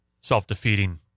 self-defeating